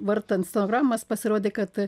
vartant scenogramas pasirodė kad